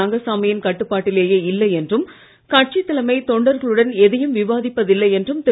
ரங்கசாமி யின் கட்டுப்பாட்டிலேயே இல்லை என்றும் கட்சி தலைமை தொண்டர்களுடன் எதையும் விவாதிப்பது இல்லை என்றும் திரு